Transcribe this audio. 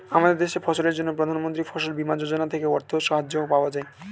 আমাদের দেশে ফসলের জন্য প্রধানমন্ত্রী ফসল বীমা যোজনা থেকে অর্থ সাহায্য পাওয়া যায়